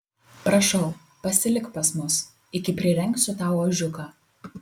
prašau pasilik pas mus iki prirengsiu tau ožiuką